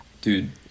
dude